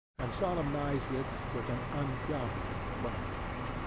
and solemnised it with an undoubted bargain.